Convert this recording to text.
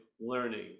learning